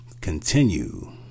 continue